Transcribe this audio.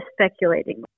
speculating